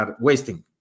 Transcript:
wasting